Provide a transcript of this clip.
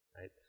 right